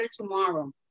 tomorrow